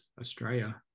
australia